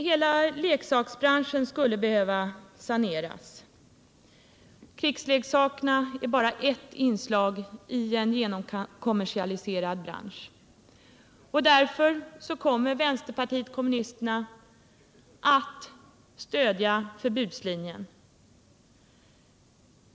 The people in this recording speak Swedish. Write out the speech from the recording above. Hela leksaksbranschen skulle behöva saneras. Krigsleksakerna är bara ert inslag i en genomkommersialiserad bransch. Därför kommer vänsterpartiet kommunisterna att stödja förbudslinjen.